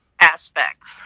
aspects